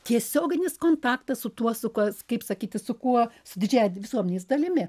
tiesioginis kontaktas su tuo su kuo s kaip sakyti su kuo su didžiąja visuomenės dalimi